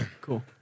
Cool